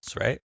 right